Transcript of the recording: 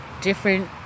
different